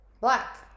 black